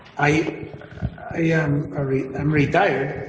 i am i'm retired.